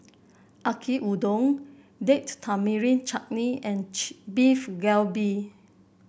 Yaki Udon Date Tamarind Chutney and Beef Galbi